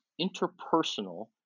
interpersonal